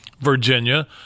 Virginia